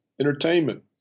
entertainment